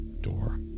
door